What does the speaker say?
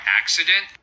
accident